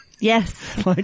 Yes